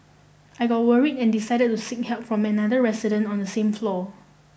I got worried and decided to seek help from another resident on the same floor